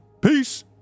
Peace